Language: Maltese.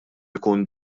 ikun